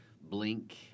Blink